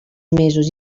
mesos